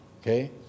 okay